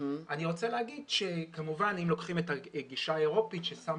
אני רוצה לומר שכמובן אם לוקחים את הגישה האירופית ששמה